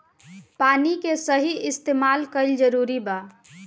पानी के सही इस्तेमाल कइल जरूरी बा